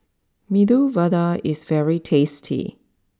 Medu Vada is very tasty